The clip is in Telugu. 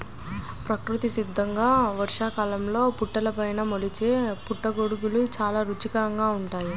ప్రకృతి సిద్ధంగా వర్షాకాలంలో పుట్టలపైన మొలిచే పుట్టగొడుగులు చాలా రుచికరంగా ఉంటాయి